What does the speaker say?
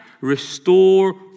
restore